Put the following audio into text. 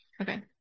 Okay